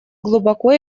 глубоко